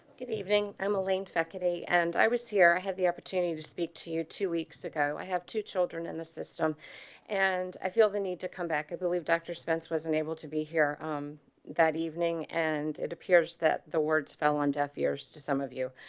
good evening, i'm elaine fact today and i was here i had the opportunity to speak to you two weeks ago. i have two children in the system and i feel the need to come back. i believe doctor spencer wasn't able to be here um that evening and it appears that the words fell on deaf ears to some of you.